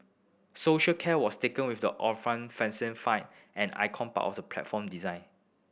social care was taken with the ornamental fascia fan an iconic part of the platform design